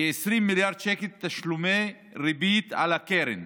כ-20 מיליארד שקל, תשלומי ריבית על הקרן,